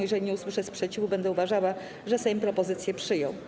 Jeżeli nie usłyszę sprzeciwu, będę uważała, że Sejm propozycję przyjął.